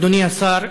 אדוני השר,